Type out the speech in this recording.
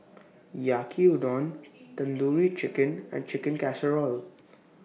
Yaki Udon Tandoori Chicken and Chicken Casserole